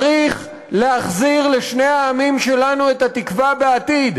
צריך להחזיר לשני העמים שלנו את התקווה בעתיד,